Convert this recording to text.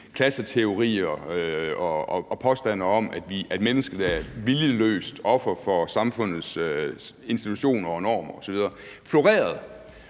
klasseteorier og påstande om, at mennesket er et viljeløst offer for samfundets institutioner, normer osv.,